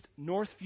Northview